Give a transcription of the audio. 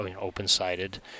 open-sided